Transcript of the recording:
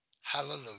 Hallelujah